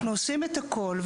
אנחנו עושים את הכול,